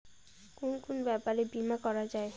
কুন কুন ব্যাপারে বীমা করা যায়?